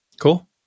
Cool